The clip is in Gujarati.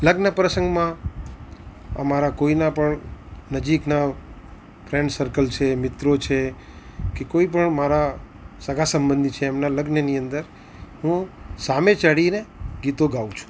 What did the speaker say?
લગ્ન પ્રસંગમાં અમારા કોઈના પણ નજીકનાં ફ્રેન્ડ સર્કલ છે મિત્રો છે કે કોઈપણ મારા સગા સંબંધી છે એમનાં લગ્નની અંદર હું સામે ચડીને ગીતો ગાઉં છું